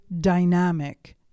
dynamic